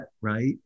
right